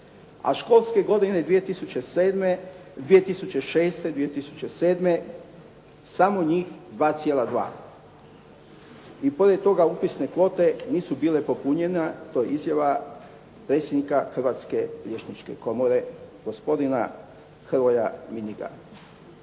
a školske godine 2006./ 2007. samo njih 2,2. I pored toga upisne kvote nisu bile popunjene. To je izjava predsjednika Hrvatske liječničke komore gospodina Hrvoja Miniga.